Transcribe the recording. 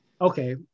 Okay